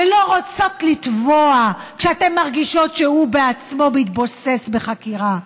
ולא רוצות לטבוע כשאתן מרגישות שהוא עצמו מתבוסס בחקירה.